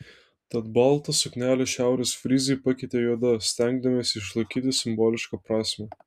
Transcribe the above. tad baltą suknelę šiaurės fryzai pakeitė juoda stengdamiesi išlaikyti simbolišką prasmę